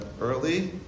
early